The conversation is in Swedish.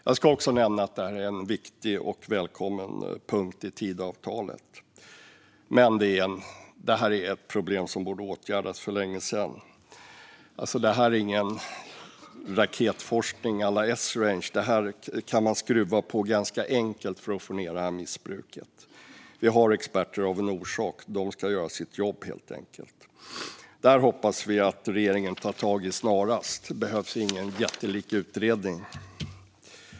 Jag ska också nämna att detta är en viktig och välkommen punkt i Tidöavtalet. Men detta är ett problem som borde ha åtgärdats för länge sedan. Detta är ingen raketforskning à la Esrange. Detta kan man skruva på ganska enkelt för att minska missbruket. Vi har experter av en orsak, och de ska helt enkelt göra sitt jobb. Detta hoppas vi att regeringen snarast tar tag i. Det behövs ingen jättestor utredning.